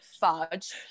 fudge